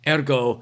Ergo